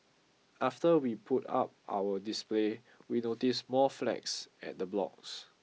after we put up our display we noticed more flags at the blocks